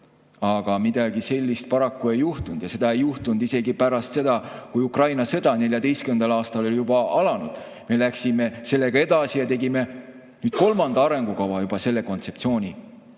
Aga midagi sellist paraku ei juhtunud. Ja seda ei juhtunud isegi pärast seda, kui Ukraina sõda 2014. aastal oli juba alanud. Me läksime sellega edasi ja tegime kolmanda arengukava juba selle kontseptsiooni